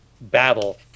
battle